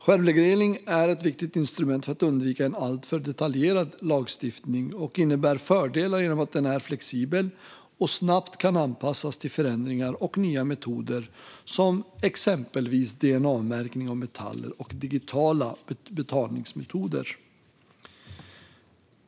Självreglering är ett viktigt instrument för att undvika en alltför detaljerad lagstiftning och innebär fördelar genom att den är flexibel och snabbt kan anpassas till förändringar och nya metoder som exempelvis dna-märkning av metaller och digitala betalningsmetoder.